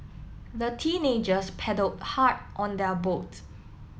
the teenagers paddle hard on their boat